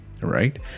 right